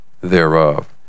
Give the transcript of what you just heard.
thereof